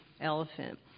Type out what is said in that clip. elephant